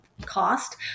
Cost